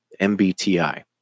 MBTI